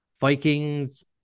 Vikings